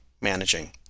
managing